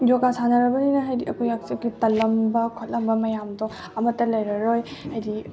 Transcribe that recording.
ꯌꯣꯒꯥ ꯁꯥꯟꯅꯔꯕꯅꯤꯅ ꯍꯥꯏꯗꯤ ꯑꯩꯈꯣꯏ ꯍꯛꯆꯥꯡꯒꯤ ꯇꯜꯂꯝꯕ ꯈꯣꯠꯂꯝꯕ ꯃꯌꯥꯝꯗꯣ ꯑꯃꯠꯇ ꯂꯩꯔꯔꯣꯏ ꯍꯥꯏꯗꯤ